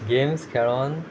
games खेळोन